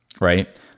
right